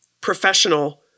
professional